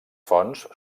fonts